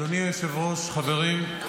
אדוני היושב-ראש, חברים,